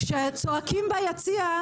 כשצועקים ביציע,